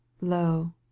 Lo